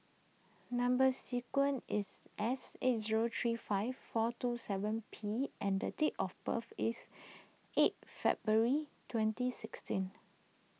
Number Sequence is S eight zero three five four two seven P and date of birth is eight February twenty sixteen